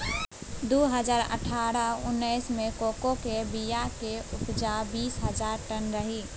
दु हजार अठारह उन्नैस मे कोको केर बीया केर उपजा बीस हजार टन रहइ